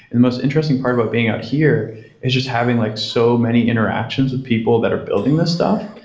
and the most interesting part about being out here is just having like so many interactions with people that are building this stuff,